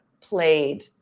played